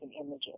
images